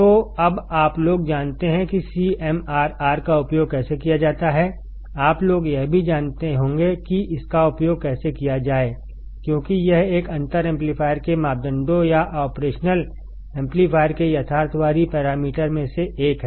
तो अब आप लोग जानते हैं कि CMRR का उपयोग कैसे किया जाता है आप लोग यह भी जानते होंगे कि इसका उपयोग कैसे किया जाए क्योंकि यह एक अंतर एम्पलीफायर के मापदंडों या ऑपरेशनल एम्पलीफायर के यथार्थवादी पैरामीटर में से एक है